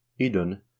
idun